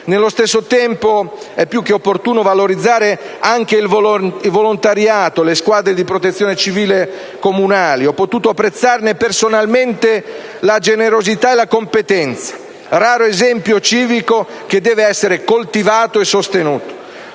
Nello stesso tempo, è più che opportuno valorizzare anche il volontariato e le squadre di protezione civile comunali. Ho potuto apprezzarne personalmente la generosità e la competenza: raro esempio civico che deve essere coltivato e sostenuto.